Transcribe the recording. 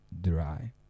dry